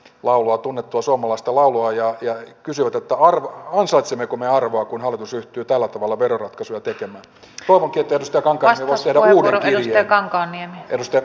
laulua tunnettu suomalaista laulajaa ja kysyi tataari ansaitsimmeko me arvoa kun hallitus yhtyy tällä tavalla veroratkaisuja tekemään rokotetusta kankaisen asian ohella neljä kankaanniemi ja